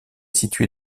située